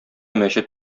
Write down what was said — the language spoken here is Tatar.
мәчет